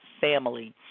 family